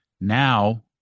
Now